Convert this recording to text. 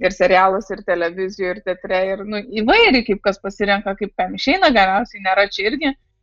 ir serialuose ir televizijoj ir teatre ir nu įvairiai kaip kas pasirenka kaip kam išeina galiausiai nėra čia irgi